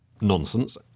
nonsense